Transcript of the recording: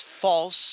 false